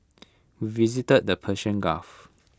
visited the Persian gulf